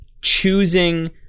choosing